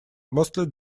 mostly